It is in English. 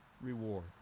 reward